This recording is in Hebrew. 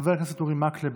חבר הכנסת אורי מקלב,